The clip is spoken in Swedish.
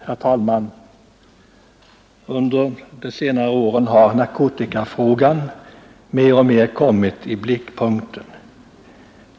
Herr talman! Under de senaste åren har narkotikafrågan mer och mer kommit i blickpunkten.